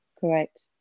correct